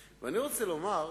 קנאים.